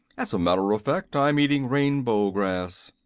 as a matter of fact, i'm eating rainbow grass.